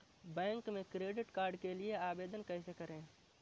Bank में credit card के लिए आवेदन कैसे करें?